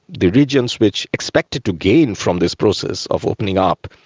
the regions which expected to gain from this process of opening up,